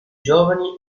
giovani